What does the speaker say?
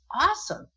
awesome